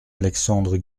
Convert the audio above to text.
alexandre